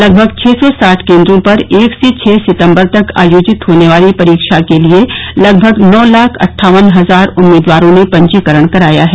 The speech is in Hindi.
लगभग छः सौ साठ केंद्रों पर एक से छः सितंबर तक आयोजित होने वाली परीक्षा के लिए लगभग नौ लाख अट्ठावन हजार उम्मीदवारों ने पंजीकरण कराया है